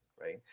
right